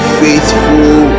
faithful